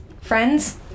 Friends